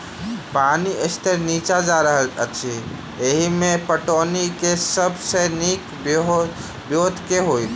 पानि स्तर नीचा जा रहल अछि, एहिमे पटौनीक सब सऽ नीक ब्योंत केँ होइत?